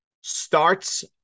Starts